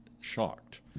shocked